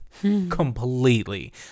Completely